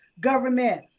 government